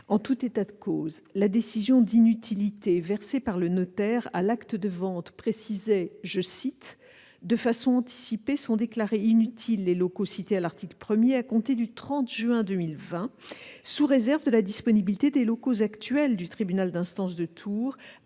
En tout état de cause, la décision d'inutilité versée par le notaire à l'acte de vente précisait :« De façon anticipée, sont déclarés inutiles les locaux cités à l'article 1, à compter du 30 juin 2020, sous réserve de la disponibilité des locaux actuels du tribunal d'instance de Tours,